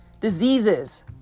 Diseases